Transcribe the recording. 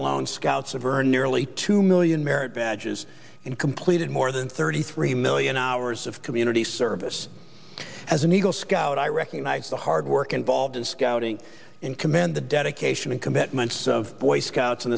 alone scouts of or nearly two million merit badges and completed more than thirty three million hours of community service as an eagle scout i recognize the hard work involved in scouting and commend the dedication and commitment of boy scouts